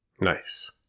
Nice